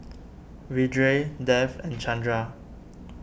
Vedre Dev and Chandra